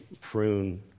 prune